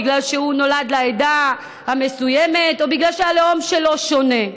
בגלל שהוא נולד לעדה המסוימת או בגלל שהלאום שלו שונה.